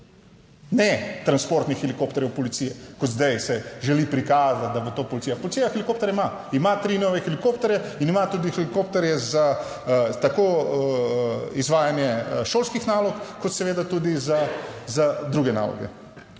Ne transportnih helikopterjev policije kot zdaj se želi prikazati, da bo to policija. Policija helikopterje ima. Ima tri nove helikopterje in ima tudi helikopterje za tako izvajanje šolskih nalog, kot seveda tudi za druge naloge.